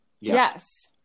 Yes